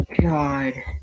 God